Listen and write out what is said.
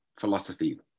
philosophy